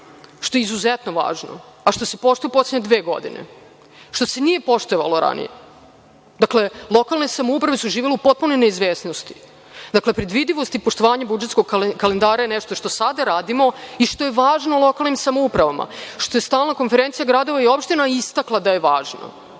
što je izuzetno važno, a što se poštuje u poslednje dve godine, što se nije poštovalo ranije. Dakle, lokalne samouprave su živele u potpunoj neizvesnosti. Dakle, predvidivost i poštovanje budžetskog kalendara je nešto što sada radimo i što je važno lokalnim samoupravama, što je „Stalna konferencija gradova i opština“ istakla da je važno.